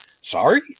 Sorry